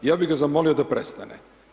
Ja bih za zamolio da prestane.